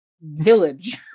village